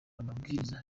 amabwiriza